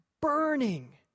burning